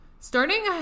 Starting